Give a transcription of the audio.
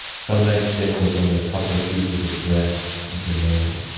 some nights dinner was only a couple of pieces of bread and some mayo.